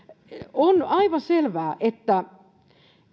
on aivan selvää että